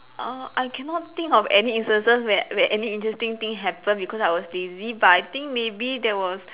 uh I cannot think of any instances where where any interesting thing happened because I was lazy but I think maybe there was